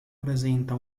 presenta